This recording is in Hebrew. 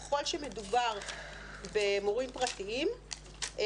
ככל שמדובר במורים פרטיים,